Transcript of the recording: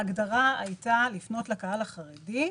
ההגדרה הייתה לפנות לקהל החרדי,